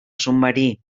submarí